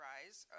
Rise